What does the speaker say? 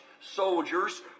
soldiers